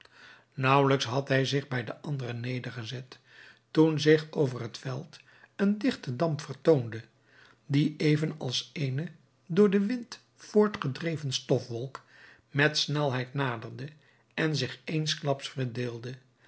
nauwelijks had hij zich bij de anderen nedergezet toen zich over het veld een digte damp vertoonde die even als eene door den wind voortgedreven stofwolk met snelheid naderde en zich eensklaps verdeelde